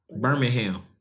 Birmingham